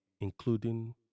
including